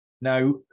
now